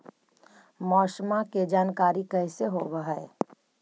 मौसमा के जानकारी कैसे होब है?